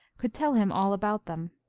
could tell him all about them.